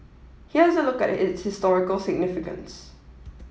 here's a look at its historical significance